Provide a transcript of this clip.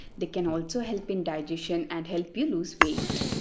they can also help in digestion and help you lose weight.